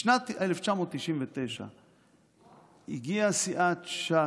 בשנת 1999 הגיעה סיעת ש"ס,